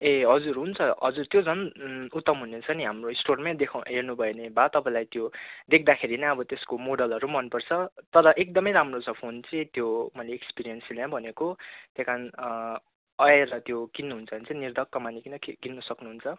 ए हजुर हुन्छ हजुर त्यो झन् उत्तम हुनेछ नि हाम्रो स्टोरमा देखाऊँ हेर्नु भयो भने बा तपाईँलाई त्यो देख्दाखेरि नै अब त्यसको मोडलहरू मन पर्छ तर एकदम राम्रो छ फोन चाहिँ त्यो मैले एक्सपिरियन्सले नै भनेको त्यही कारण आएर त्यो किन्नु हुन्छ भने चाहिँ निर्धक्क मानी किन्न किन्न सक्नु हुन्छ